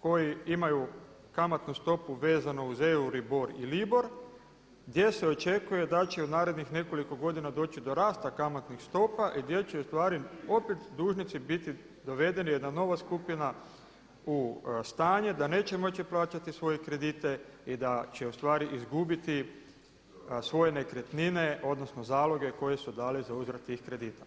koji imaju kamatnu stopu vezanu u EURIBOR i LIBOR gdje se očekuje da će u narednih nekoliko godina doći do rasta kamatnih stopa i gdje će opet dužnici biti dovedeni jedna nova skupina u stanje da neće moći plaćati svoje kredite i da će izgubiti svoje nekretnine odnosno zaloge koje su dali za uzvrat tih kredita.